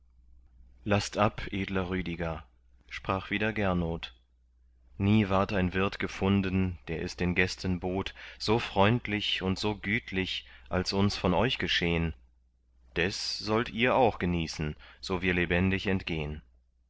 laßt ab edler rüdiger sprach wieder gernot nie ward ein wirt gefunden der es den gästen bot so freundlich und so gütlich als uns von euch geschehn des sollt ihr auch genießen so wir lebendig entgehn